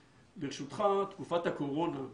ברשותך, תקופת הקורונה,